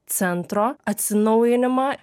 centro atsinaujinimą